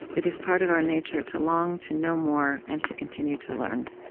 it is part of our nature to long to know more and to continue to learn.